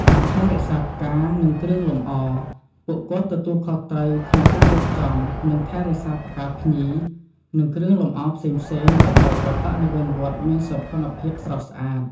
ការចាត់ចែងសំឡេង និងឧបករណ៍បំពងសម្លេង នៅក្នុងពិធីបុណ្យធំៗ ពួកគាត់ជួយរៀបចំប្រព័ន្ធភ្លើង និងឧបករណ៍បំពងសម្លេង ដើម្បីឲ្យព្រះសង្ឃសម្ដែងធម៌ ឬប្រកាសផ្សេងៗបានឮច្បាស់។